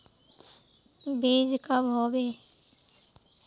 बीज कब होबे?